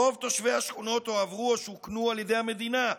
רוב תושבי השכונות הועברו או שוכנו על ידי המדינה.